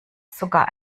sogar